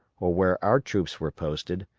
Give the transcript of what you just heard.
or where our troops were posted,